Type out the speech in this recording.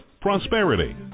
prosperity